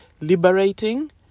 liberating